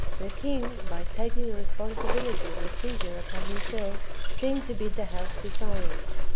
the king, by taking the responsibility of the seizure upon himself, seemed to bid the house defiance.